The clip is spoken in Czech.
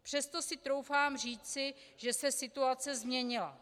Přesto si doufám říci, že se situace změnila.